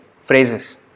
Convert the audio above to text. phrases